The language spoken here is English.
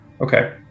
Okay